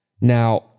Now